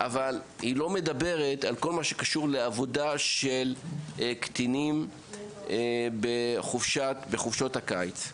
אבל היא לא מדברת על כל מה שקשור בעבודת קטינים בחופשת הקיץ.